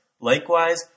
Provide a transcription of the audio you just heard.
Likewise